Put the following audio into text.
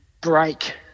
break